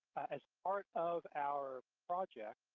as part of our project,